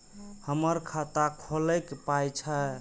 हमर खाता खौलैक पाय छै